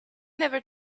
never